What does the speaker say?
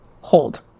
hold